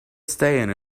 staying